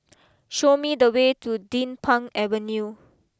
show me the way to Din Pang Avenue